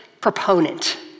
proponent